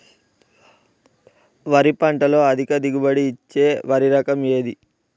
వరి పంట లో అధిక దిగుబడి ఇచ్చే వరి రకం ఏది?